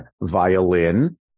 violin